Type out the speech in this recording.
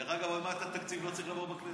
דרך אגב, עוד מעט התקציב לא צריך לעבור בכנסת.